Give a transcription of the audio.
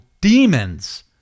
demons